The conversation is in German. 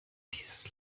dieses